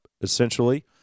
essentially